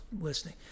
listening